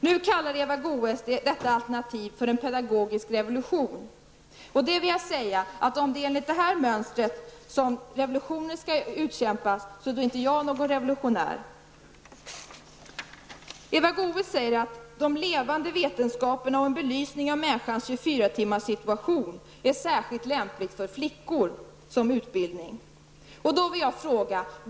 Nu kallade Eva Goe s detta alternativ för en pedagogisk revolution. Då vill jag ha sagt, att om det är enligt detta mönster som revolutioner skall utkämpas, är inte jag någon revolutionär. Eva Goe s säger att de levande vetenskaperna och belysning av människors 24-timmarssituation är en särskild lämplig utbildning för flickor.